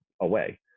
away